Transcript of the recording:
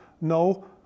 no